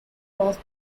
was